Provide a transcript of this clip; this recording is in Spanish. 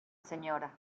sra